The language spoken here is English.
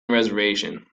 reservation